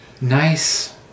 nice